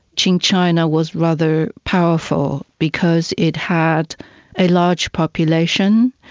qing china was rather powerful because it had a large population,